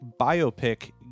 biopic